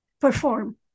perform